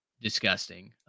disgusting